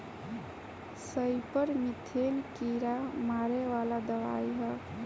सईपर methane कीड़ा मारे वाला दवाई ह